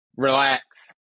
Relax